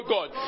God